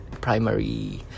primary